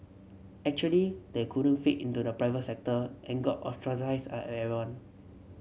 actually they couldn't fit into the private sector and got ostracised are everyone